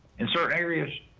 in certain areas?